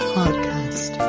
podcast